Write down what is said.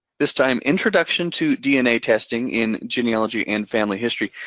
this time, introduction to dna testing in genealogy and family history.